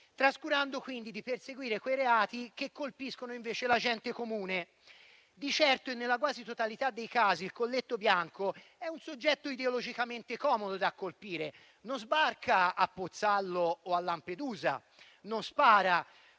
trascurando quindi di perseguire i reati che colpiscono invece la gente comune. Di certo e nella quasi totalità dei casi il colletto bianco è un soggetto ideologicamente comodo da colpire: non sbarca a Pozzallo o a Lampedusa, non spara, non